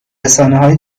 رسانههای